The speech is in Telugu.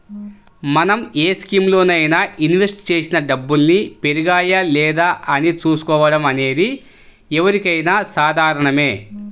మనం ఏ స్కీములోనైనా ఇన్వెస్ట్ చేసిన డబ్బుల్ని పెరిగాయా లేదా అని చూసుకోవడం అనేది ఎవరికైనా సాధారణమే